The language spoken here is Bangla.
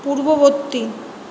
পূর্ববর্তী